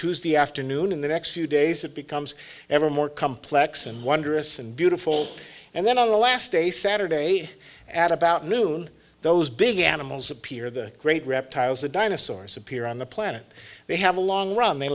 tuesday afternoon in the next few days it becomes ever more complex and wondrous and beautiful and then on the last day saturday at about noon those big animals appear the great reptiles the dinosaurs appear on the planet they have a long run the